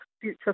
future